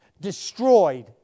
destroyed